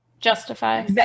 justify